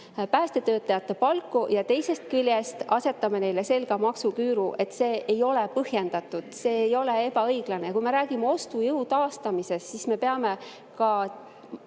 päästetöötajate palku, aga teisest küljest asetame neile selga maksuküüru. See ei ole põhjendatud. See ei ole õiglane. Ja kui me räägime ostujõu taastamisest, siis me peame ka